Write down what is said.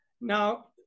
Now